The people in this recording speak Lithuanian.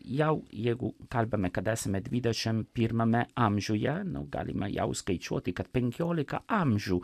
jau jeigu kalbame kad esame dvidešimt pirmame amžiuje nu galima jau skaičiuoti kad penkiolika amžių